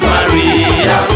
Maria